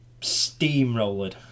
steamrolled